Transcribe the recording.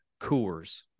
Coors